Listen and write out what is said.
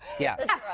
yeah yeah.